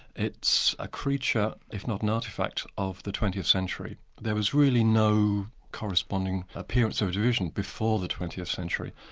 it's a creature, if not an artifact, of the twentieth century. there was really no corresponding appearance of division before the twentieth century,